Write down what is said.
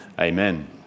amen